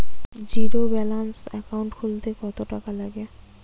Zero balance account খুলতে কত টাকা লাগে?